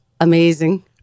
Amazing